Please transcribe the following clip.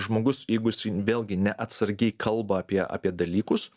žmogus jeigu jisai vėlgi neatsargiai kalba apie apie dalykus